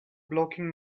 blocking